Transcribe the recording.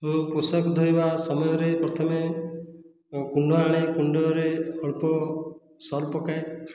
ମୁଁ ପୋଷାକ ଧୋଇବା ସମୟରେ ପ୍ରଥମେ କୁଣ୍ଡ ଆଣେ କୁଣ୍ଡରେ ଅଳ୍ପ ସର୍ଫ ପକାଏ